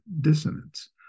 dissonance